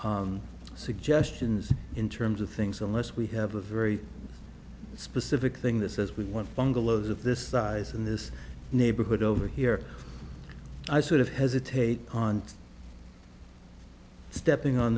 suggestions in terms of things unless we have a very specific thing that says we want bungalows of this size in this neighborhood over here i sort of hesitate pontiff stepping on